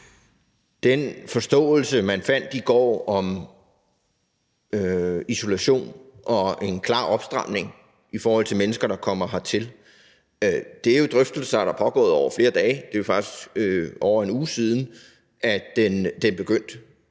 Den forståelse, man fandt i går om isolation og en klar opstramning i forhold til mennesker, der kommer hertil, skyldes jo drøftelser, der har pågået over flere dage. Det er jo faktisk over en uge siden, de begyndte.